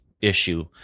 issue